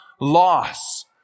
loss